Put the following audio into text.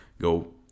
go